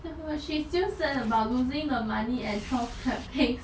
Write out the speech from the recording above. she still sad about losing her money at twelve cupcakes